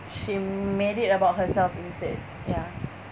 she made it about herself instead ya